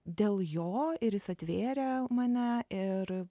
dėl jo ir jis atvėrė mane ir